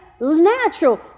natural